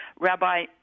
Rabbi